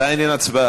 עדיין אין הצבעה.